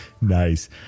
nice